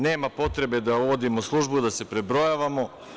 Nema potrebe da uvodimo službu da se prebrojavamo.